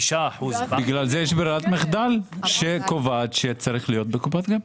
לכן יש ברירת מחדל שקובעת שצריך להיות בקופת גמל.